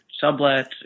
Sublet